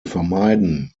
vermeiden